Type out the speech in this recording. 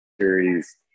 series